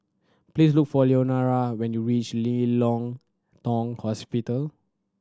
please look for Leonora when you reach Ling Hong Tong